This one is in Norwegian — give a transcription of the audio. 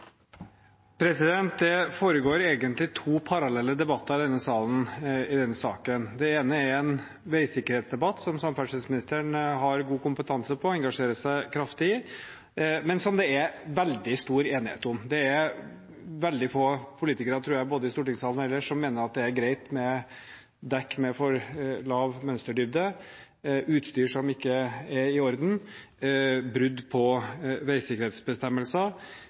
en veisikkerhetsdebatt, som samferdselsministeren har god kompetanse på og engasjerer seg kraftig i, og som det er veldig stor enighet om. Det er veldig få politikere, tror jeg, både i stortingssalen og ellers, som mener at det er greit med dekk med for lav mønsterdybde, utstyr som ikke er i orden, brudd på